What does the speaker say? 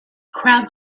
crowd